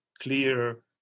clear